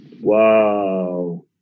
Wow